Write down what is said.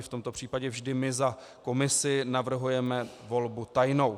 V tomto případě vždy my za komisi navrhujeme volbu tajnou.